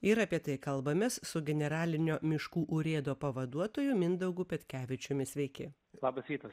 ir apie tai kalbamės su generalinio miškų urėdo pavaduotoju mindaugu petkevičiumi sveiki labas rytas